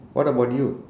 what about you